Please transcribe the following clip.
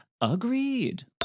Agreed